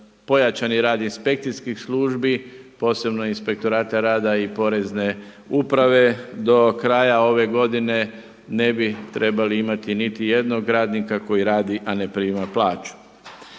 pojačani rad inspekcijskih službi, posebno inspektorata rada i Porezne uprave do kraja ove godine ne bi trebali imati niti jednog radnika koji radi a ne prima plaću.